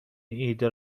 ایده